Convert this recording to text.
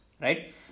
Right